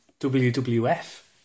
WWF